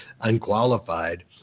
unqualified